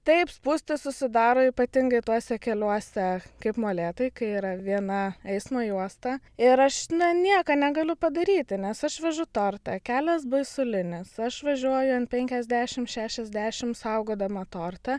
taip spūstys susidaro ypatingai tuose keliuose kaip molėtai kai yra viena eismo juosta ir aš na nieką negaliu padaryti nes aš vežu tortą kelias baisulinis aš važiuoju ant penkiasdešim šešiasdešim saugodama tortą